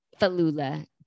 Falula